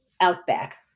outback